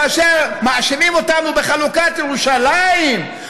כאשר מאשימים אותנו בחלוקת ירושלים,